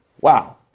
Wow